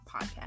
Podcast